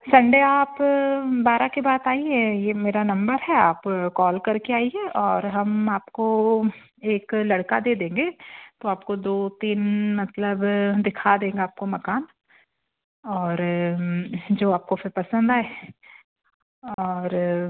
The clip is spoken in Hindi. सन्डे आप बारह के बाद आईए यह मेरा नंबर है आप कॉल कर के आईए और हम आपको एक लड़का दे देंगे तो आपको दो तीन मतलब दिखा देगा आपको मकान और जो आपको फिर पसंद आए और